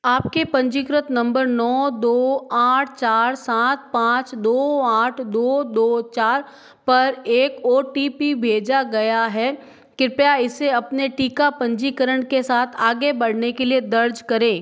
आपके पंजीकृत नम्बर नौ दो आठ चार सात पाँच दो आठ दो दो चार पर एक ओ टी पी भेजा गया है कृपया इसे अपने टीका पंजीकरण के साथ आगे बढ़ने के लिए दर्ज करें